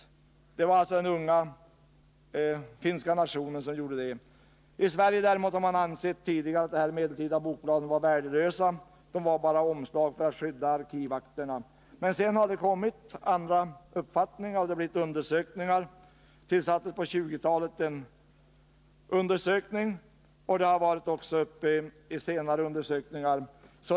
Detta gjorde alltså den unga finska nationen. I Sverige däremot har man tidigare ansett att dessa medeltida bokblad var värdelösa, att de bara var omslag för att skydda arkivakterna. Senare har andra uppfattningar kommit till uttryck, och man har gjort undersökningar. På 1920-talet gjordes en sådan undersökning. Senare undersökningar har också förekommit.